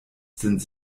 sind